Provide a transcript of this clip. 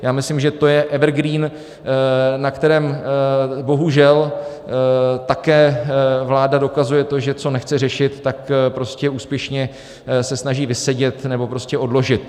Já myslím, že to je evergreen, na kterém bohužel také vláda dokazuje to, že co nechce řešit, tak prostě úspěšně se snaží vysedět nebo prostě odložit.